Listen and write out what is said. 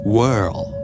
Whirl